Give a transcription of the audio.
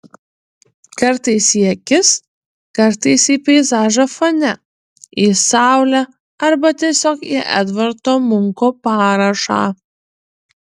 kartais į akis kartais į peizažą fone į saulę arba tiesiog į edvardo munko parašą